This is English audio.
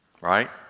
right